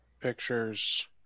pictures